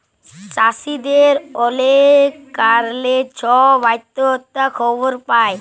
চাষীদের অলেক কারলে ছব আত্যহত্যার খবর পায়